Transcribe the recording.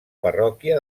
parròquia